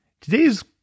today's